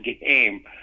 game